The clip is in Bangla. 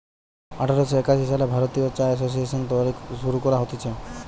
আঠার শ একাশি সালে ভারতীয় চা এসোসিয়েসন শুরু করা হতিছে